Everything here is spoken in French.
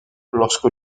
lorsque